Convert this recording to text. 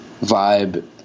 vibe